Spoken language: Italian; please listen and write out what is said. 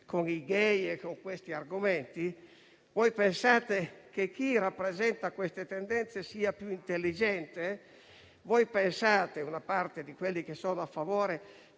i *gay* e questi argomenti? Pensate che chi rappresenta queste tendenze sia più intelligente? Voi pensate - o una parte di quelli che sono a favore